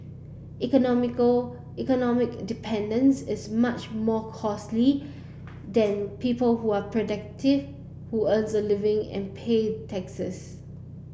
economical economic dependence is much more costly than people who are productive who earns a living and pay taxes